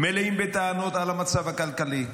ומלאים בטענות על המצב הכלכלי.